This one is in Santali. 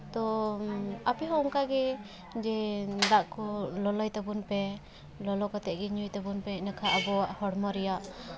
ᱛᱳ ᱟᱯᱮ ᱦᱚᱸ ᱚᱱᱠᱟᱜᱮ ᱡᱮ ᱫᱟᱜ ᱠᱚ ᱞᱚᱞᱚᱭ ᱛᱟᱵᱚᱱ ᱯᱮ ᱞᱚᱞᱚ ᱠᱟᱛᱮᱜ ᱜᱮ ᱧᱩᱭ ᱛᱟᱵᱚᱱ ᱯᱮ ᱮᱸᱰᱮ ᱠᱷᱟᱱ ᱟᱵᱚᱣᱟᱜ ᱦᱚᱲᱢᱚ ᱨᱮᱭᱟᱜ